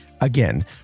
again